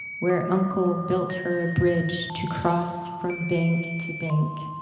where uncle built her a bridge to cross from bank to bank,